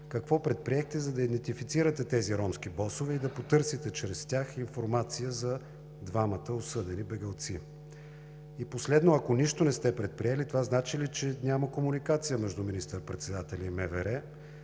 Какво предприехте, за да идентифицирате тези ромски босове и да потърсите чрез тях информация за двамата осъдени бегълци? Последно, ако нищо не сте предприели, това значи ли, че няма комуникация между министър-председателя и МВР